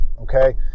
Okay